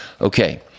Okay